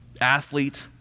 athlete